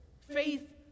faith